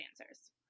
answers